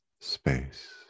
space